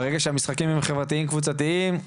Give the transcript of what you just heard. ברגע שהמשחקים הם חברתיים-קבוצתיים,